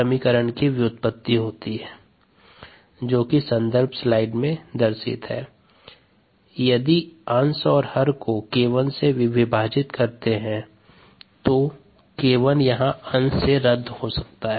समीकरण व्युत्पत्ति के पद निमानुसार है k1EtSk2k3ESk1ESS k1EtSk2k3k1SES k1EtSk2k3k1SES यदि अंश और हर को 𝒌𝟏 से विभाजित करते हैं तो 𝒌𝟏 यहाँ अंश से रद्द कर सकते है